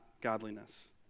godliness